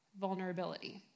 vulnerability